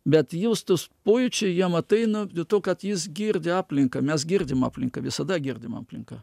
bet jaustųs pojūčiai jam ateina dėl to kad jis girdi aplinką mes girdim aplinką visada girdim aplinką